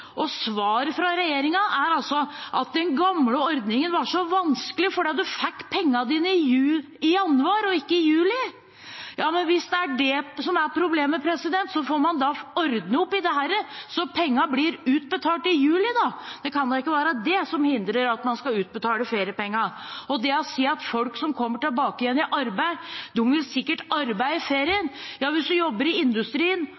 altså at den gamle ordningen var så vanskelig, for en fikk pengene sine i januar og ikke i juli. Ja, hvis det er det som er problemet, får man ordne opp i dette, slik at pengene blir utbetalt i juli. Det kan da ikke være det som hindrer at man skal utbetale feriepengene. Og det å si at folk som kommer tilbake i arbeid, sikkert vil arbeide